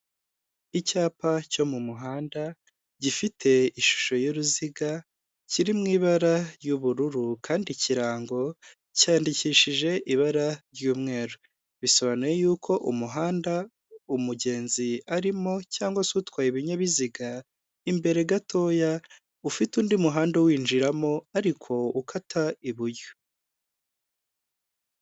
Icyapa cyo mu muhanda gifite ishusho y'uruziga kiri mu ibara ry'ubururu kandi ikirango cyandikishije ibara ry'umweru, bisobanuye yuko umuhanda umugenzi arimo cyangwa se utwaye ibinyabiziga imbere gatoya ufite undi muhanda uwinjiriramo ariko ukata iburyo.